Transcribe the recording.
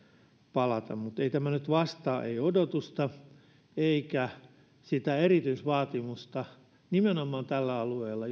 palata mutta tämä ei nyt vastaa odotusta eikä sitä erityisvaatimusta nimenomaan tällä alueella